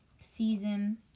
season